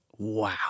Wow